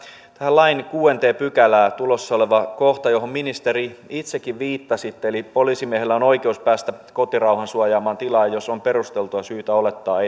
tähän lain kuudenteen pykälään tulossa oleva kohta johon ministeri itsekin viittasitte eli poliisimiehellä on oikeus päästä kotirauhan suojaamaan tilaan jos on perusteltua syytä olettaa